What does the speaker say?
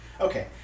Okay